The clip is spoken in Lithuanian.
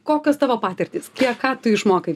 kokios tavo patirtys kiek ką tu išmokai